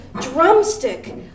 drumstick